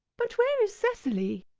but where is cecily?